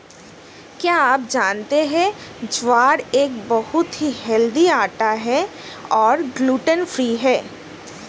क्या आप जानते है ज्वार एक बहुत ही हेल्दी आटा है और ग्लूटन फ्री है?